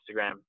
Instagram